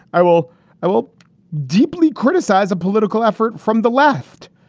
i will i will deeply criticize a political effort from the left.